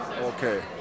Okay